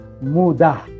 Muda